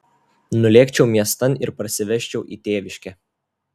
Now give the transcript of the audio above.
nulėkčiau miestan ir parsivežčiau į tėviškę